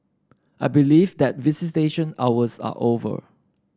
I believe that visitation hours are over